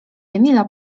emila